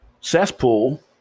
cesspool